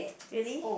really